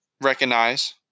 recognize